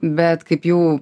bet kaip jau